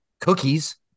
cookies